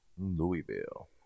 Louisville